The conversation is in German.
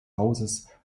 hauses